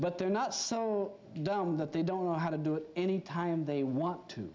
but they're not so down that they don't know how to do it any time they want to